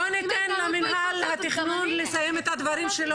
--- בואו ניתן למינהל התכנון לסיים את הדברים שלו,